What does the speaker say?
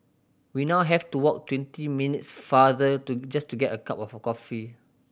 we now have to walk twenty minutes farther to just to get a cup of coffee